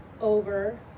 over